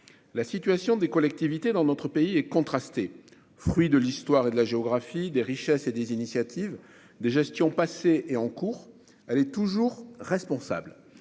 La situation des collectivités dans notre pays est contrastée. Fruit de l'histoire et de la géographie, des richesses et des initiatives, des gestions passées et en cours, la collectivité est toujours responsable.